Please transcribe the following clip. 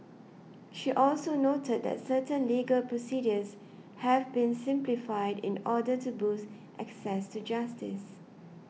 she also noted that certain legal procedures have been simplified in order to boost access to justice